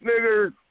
nigger